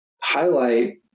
highlight